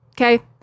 Okay